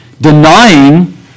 denying